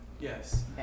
Yes